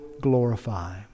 glorify